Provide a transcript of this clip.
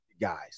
guys